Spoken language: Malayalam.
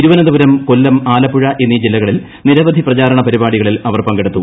തിരുവന്തപുരം കൊല്ലം ആലപ്പുഴ എ്ന്നീ ജില്ലകളിൽ നിരവധി പ്രചാരണ പരിപാടികളിൽ അവർ പർങ്ക്ടുത്തു